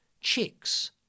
chicks